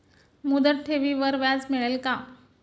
मुदत ठेवीवर व्याज मिळेल का?